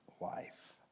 life